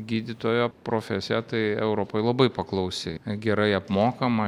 gydytojo profesija tai europoj labai paklausi gerai apmokama